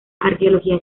arqueología